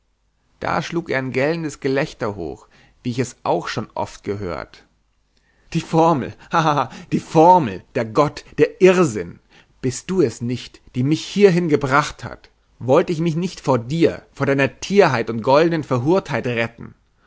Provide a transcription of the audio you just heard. da schlug er ein gellendes gelächter hoch wie ich es auch schon oft gehört die formel hahaha die formel der gott der irrsinn bist du es nicht die mich hierhin gebracht hat wollte ich mich nicht vor dir vor deiner tierheit und goldnen verhurtheit retten